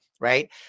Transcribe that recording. Right